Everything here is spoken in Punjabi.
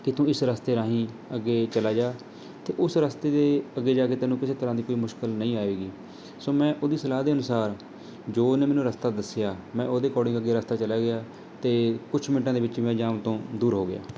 ਕਿ ਤੂੰ ਇਸ ਰਸਤੇ ਰਾਹੀਂ ਅੱਗੇ ਚਲਾ ਜਾ ਅਤੇ ਉਸ ਰਸਤੇ ਦੇ ਅੱਗੇ ਜਾ ਕੇ ਤੈਨੂੰ ਕਿਸੇ ਤਰ੍ਹਾਂ ਦੀ ਕੋਈ ਮੁਸ਼ਕਿਲ ਨਹੀਂ ਆਏਗੀ ਸੋ ਮੈਂ ਉਹਦੀ ਸਲਾਹ ਦੇ ਅਨੁਸਾਰ ਜੋ ਉਹਨੇ ਮੈਨੂੰ ਰਸਤਾ ਦੱਸਿਆ ਮੈਂ ਉਹਦੇ ਅਕੋਡਿੰਗ ਅੱਗੇ ਰਸਤਾ ਚਲਾ ਗਿਆ ਅਤੇ ਕੁਛ ਮਿੰਟਾਂ ਦੇ ਵਿੱਚ ਮੈਂ ਜਾਮ ਤੋਂ ਦੂਰ ਹੋ ਗਿਆ